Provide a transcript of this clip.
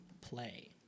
play